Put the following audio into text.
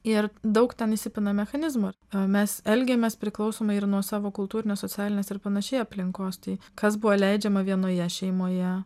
ir daug ten įsipina mechanizmą mes elgiamės priklausome ir nuo savo kultūrinės socialinės ir panašiai aplinkos tai kas buvo leidžiama vienoje šeimoje